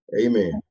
amen